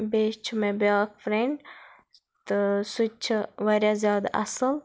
بیٚیہِ چھُ مےٚ بیٛاکھ فرٛینٛڈ تہٕ سُہ چھُ واریاہ زیادٕ اَصٕل